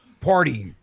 Party